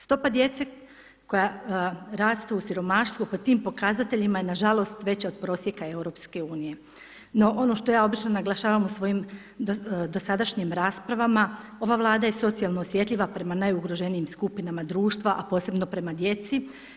Stopa djece koja raste u siromaštvu po tim pokazateljima je nažalost veća od prosjeka EU, no ono što ja obično naglašavam u svojim dosadašnjim raspravama ova Vlada je socijalno osjetljiva prema najugroženijim skupinama društva, a posebno prema djeci.